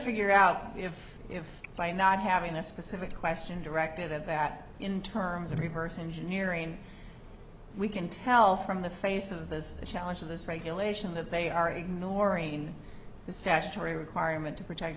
figure out if by not having that specific question directed at that in terms of reverse engineering we can tell from the face of this challenge of this regulation that they are ignoring the statutory requirement to protect